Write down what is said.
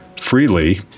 freely